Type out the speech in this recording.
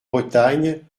bretagne